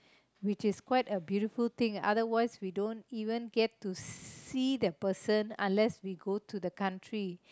which is quite a beautiful thing otherwise we don't even get to see that person unless we go to the country